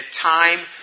time